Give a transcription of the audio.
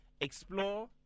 explore